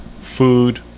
food